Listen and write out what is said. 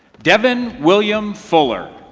devon william fuller.